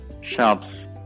shops